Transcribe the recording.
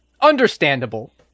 Understandable